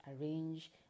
arrange